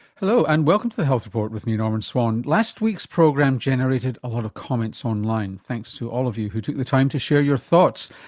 hello and welcome to the health report with me, norman swan. last week's program generated a lot of comments online. thanks to all of you who took the time to share your thoughts.